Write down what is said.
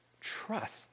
trust